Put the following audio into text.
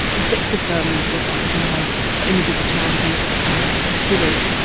six of them were found to have images of child abuse on their computers.